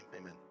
Amen